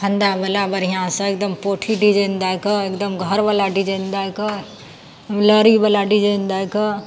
फन्दावला बढ़िआँसँ एकदम पोठी डिजाइन दऽ कऽ एकदम घरवला डिजाइन दऽ कऽ लड़ीवला डिजाइन दऽ कऽ